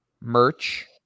merch